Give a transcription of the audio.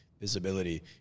visibility